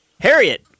Harriet